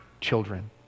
children